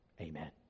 amen